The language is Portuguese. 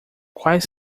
quais